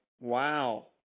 Wow